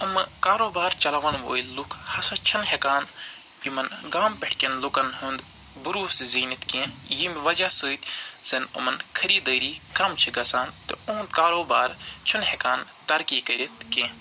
یِمہٕ کاروبار چَلاون وٲلۍ لُکھ ہَسا چھِنہٕ ہٮ۪کان یِمن گامہٕ پٮ۪ٹھ کٮ۪ن لُکن ہُنٛد بروسہٕ زیٖنِتھ کیٚنٛہہ ییٚمہِ وجہ سۭتۍ زن یِمن خٔریٖدٲری کَم چھِ گَژھان تہٕ یِہُنٛد کاروبار چھُنہٕ ہٮ۪کان ترقی کٔرِتھ کیٚنٛہہ